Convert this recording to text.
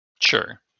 Sure